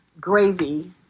gravy